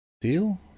deal